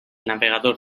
navegador